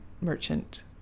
merchant